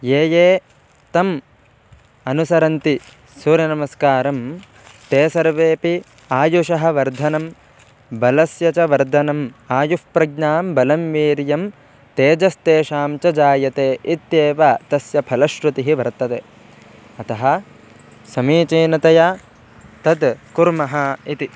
ये ये तम् अनुसरन्ति सूर्यनमस्कारं ते सर्वेपि आयुषः वर्धनं बलस्य च वर्धनम् आयुः प्रज्ञां बलं वीर्यं तेजस्तेषां च जायते इत्येव तस्य फलश्रुतिः वर्तते अतः समीचीनतया तत् कुर्मः इति